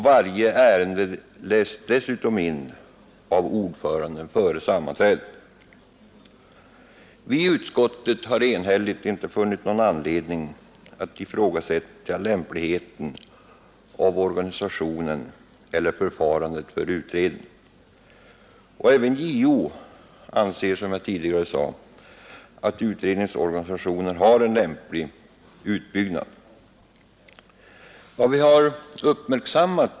Varje ärende läses dessutom in av ordföranden före sammanträdet. Vi i utskottet har enhälligt inte funnit anledning att ifrågasätta lämpligheten av organisationen eller förfarandet för utredning. Även JO anser att utredningsorganisationen har en lämplig uppbyggnad.